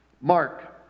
mark